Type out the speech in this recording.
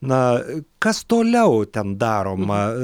na kas toliau ten daroma